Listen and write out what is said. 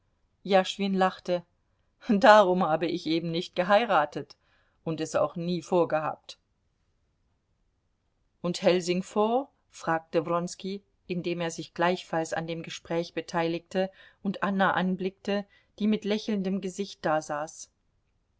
jaschwin lachte darum habe ich eben nicht geheiratet und es auch nie vorgehabt und helsingfors fragte wronski indem er sich gleichfalls an dem gespräch beteiligte und anna anblickte die mit lächelndem gesicht dasaß